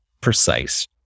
precise